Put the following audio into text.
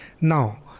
Now